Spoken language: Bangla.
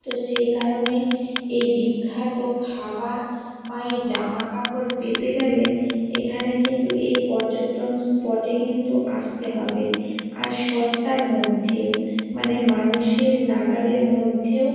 তো সে কারণে এই বিখ্যাত খাবার বা এই জামাকাপড় পেতে গেলে এখানে কিন্তু এ পর্যটন স্পটে কিন্তু আসতে হবে আর সস্তার মধ্যেও মানে মানুষের নাগালের মধ্যেও